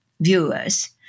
viewers